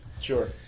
Sure